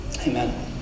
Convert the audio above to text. amen